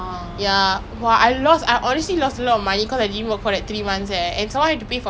oh no lah they say only when you work if you are working already then can get money [what] I'm still student [what]